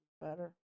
better